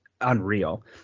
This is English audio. unreal